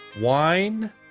Wine